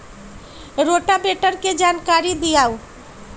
Rotavator के जानकारी दिआउ?